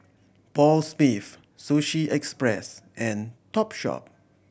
Paul Smith Sushi Express and Topshop